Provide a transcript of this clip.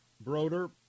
Broder